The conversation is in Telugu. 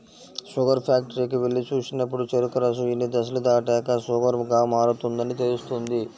షుగర్ ఫ్యాక్టరీకి వెళ్లి చూసినప్పుడు చెరుకు రసం ఇన్ని దశలు దాటాక షుగర్ గా మారుతుందని తెలుస్తుంది